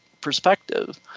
perspective